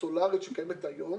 הסולארית שקיימת היום